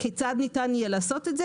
כיצד ניתן יהיה לעשות את זה,